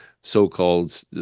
so-called